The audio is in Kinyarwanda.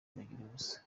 bagiruwubusa